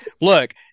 look